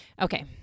Okay